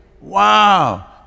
Wow